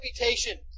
reputation